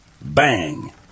Bang